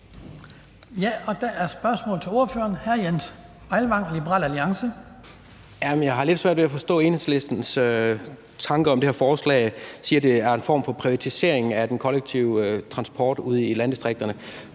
Der er et spørgsmål til ordføreren. Hr. Jens Meilvang, Liberal Alliance. Kl. 17:37 Jens Meilvang (LA): Jeg har lidt svært ved at forstå Enhedslistens tanker om det her forslag. Man siger, at det er en form for privatisering af den kollektive transport ude i landdistrikterne.